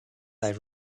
they